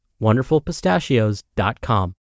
wonderfulpistachios.com